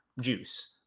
juice